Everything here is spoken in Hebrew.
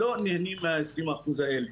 לא נהנים מהעשרים אחוז האלה.